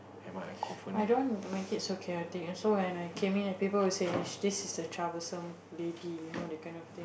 i don't make it so chaotic also when I came in and people were say its is just the troublesome lady you know the kind of thing